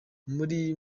muri